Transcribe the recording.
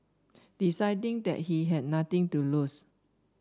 deciding that he had nothing to lose